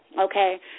Okay